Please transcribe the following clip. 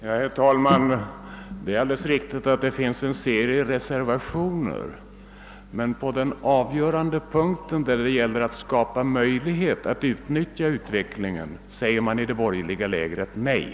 Herr talman! Det är alldeles riktigt att det vid det föreliggande utskottsutlåtandet avgivits en serie reservationer, men på den avgörande punkten — att skapa möjlighet att utnyttja den tekniska utvecklingen — säger man i det borgerliga lägret nej.